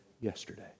yesterday